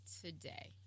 today